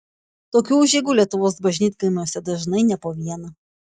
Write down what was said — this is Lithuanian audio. tokių užeigų lietuvos bažnytkaimiuose dažnai ne po vieną